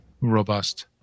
robust